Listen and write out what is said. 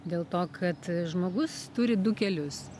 dėl to kad žmogus turi du kelius